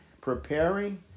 preparing